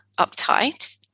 uptight